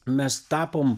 mes tapom